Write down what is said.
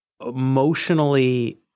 emotionally